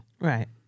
Right